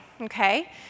okay